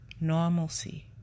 normalcy